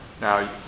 Now